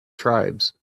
tribes